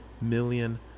million